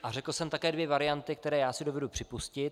A řekl jsem také dvě varianty, které si dovedu připustit.